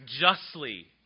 justly